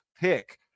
pick